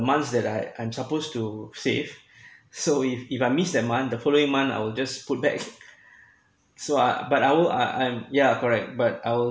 month that I I'm supposed to save so if if I miss that one the following month I will just put back so I but I will uh I'm yeah correct but I will